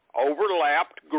overlapped